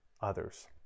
others